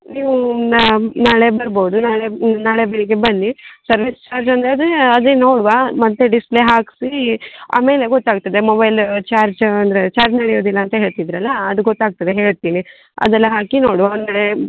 ನೀವೂ ನಾಳೆ ಬರ್ಬೋದು ನಾಳೆ ನಾಳೆ ಬೆಳಗ್ಗೆ ಬನ್ನಿ ಸರ್ವಿಸ್ ಚಾರ್ಜ್ ಅಂದರೆ ಅದೇ ಅದೆ ನೋಡುವಾ ಮತ್ತು ಡಿಸ್ಪ್ಲೇ ಹಾಕಿಸಿ ಆಮೇಲೆ ಗೊತ್ತಾಗ್ತದೆ ಮೊಬೈಲ್ ಚಾರ್ಜ್ ಅಂದರೆ ಚಾರ್ಜ್ ನಡೆಯೋದಿಲ್ಲ ಅಂತ ಹೇಳ್ತಿದ್ರಲ್ಲ ಅದು ಗೊತ್ತಾಗ್ತದೆ ಹೇಳ್ತಿನಿ ಅದೆಲ್ಲ ಹಾಕಿ ನೋಡುವ ಅಂದರೆ